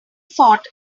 fought